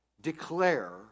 declare